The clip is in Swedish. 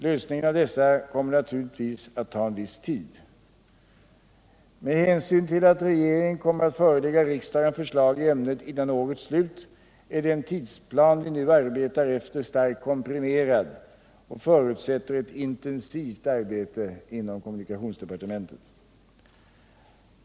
Lösningen av dessa kommer naturligen att ta en viss tid. Med hänsyn till att ett förslag skall lämnas före årets slut är den tidsplan vi nu arbetar efter starkt komprimerad och förutsätter ett intensivt arbete inom departementet.